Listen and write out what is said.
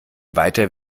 weiter